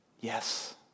Yes